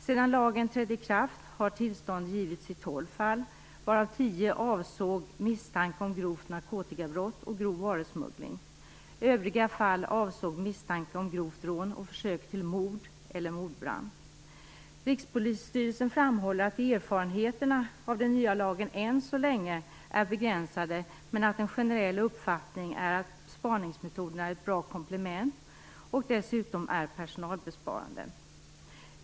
Sedan lagen trädde i kraft har tillstånd givits i tolv fall, varav tio avsåg misstanke om grovt narkotikabrott och grov varusmuggling. Övriga fall avsåg misstanke om grovt rån och försök till mord eller mordbrand. Rikspolisstyrelsen framhåller att erfarenheterna av den nya lagen än så länge är begränsade men att en generell uppfattning är att spaningsmetoderna är ett bra komplement som dessutom är personalbesparande.